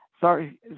Sorry